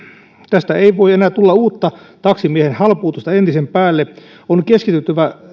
tästä ei voi enää tulla uutta taksimiehen halpuutusta entisen päälle on keskityttävä